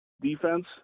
defense